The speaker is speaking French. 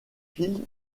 pile